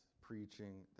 preaching